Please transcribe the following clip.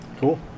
Cool